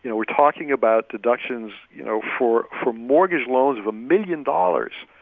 you know we're talking about deductions, you know, for for mortgage loans of a million dollars.